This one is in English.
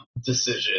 decision